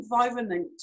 environment